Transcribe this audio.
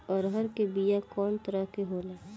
अरहर के बिया कौ तरह के होला?